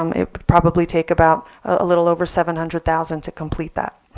um it would probably take about a little over seven hundred thousand to complete that.